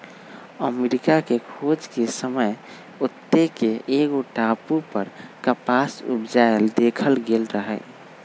अमरिका के खोज के समय ओत्ते के एगो टापू पर कपास उपजायल देखल गेल रहै